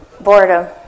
Boredom